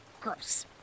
Gross